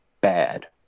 bad